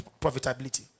profitability